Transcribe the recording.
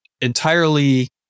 entirely